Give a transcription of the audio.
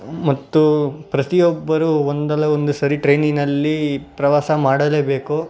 ಮತ್ತು ಪ್ರತಿಯೊಬ್ಬರೂ ಒಂದಲ್ಲ ಒಂದು ಸಾರಿ ಟ್ರೈನಿನಲ್ಲಿ ಪ್ರವಾಸ ಮಾಡಲೇಬೇಕು